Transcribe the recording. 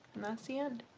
and that's the end